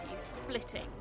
splitting